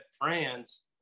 France